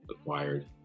acquired